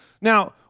Now